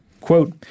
Quote